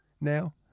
now